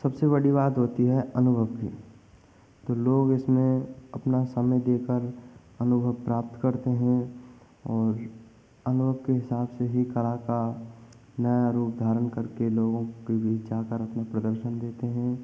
सबसे बड़ी बात होती है अनुभव कि तो लोग इसमें अपना समय देकर हम लोग को प्राप्त करते हैं और हम लोग के हिसाब से ही कला का नया रूप धारण करके लोगों के बीच जाकर अपने प्रदर्शन देते हैं